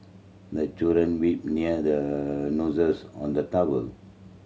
the children wipe near the noses on the towel